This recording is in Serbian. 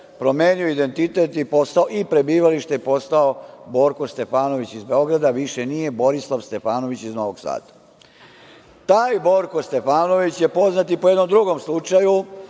promenio identitet i prebivalište i postao Borko Stefanović iz Beograda, više nije Borislav Stefanović iz Novog Sada. Taj Borko Stefanović je poznat i po jednom drugom slučaju,